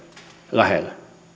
lähelle